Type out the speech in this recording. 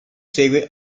segue